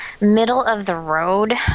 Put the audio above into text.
middle-of-the-road